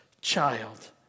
child